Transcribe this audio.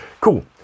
Cool